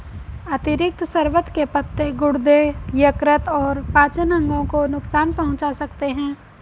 अतिरिक्त शर्बत के पत्ते गुर्दे, यकृत और पाचन अंगों को नुकसान पहुंचा सकते हैं